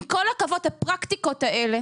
עם כל הכבוד לפרקטיקות האלה